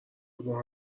کدوم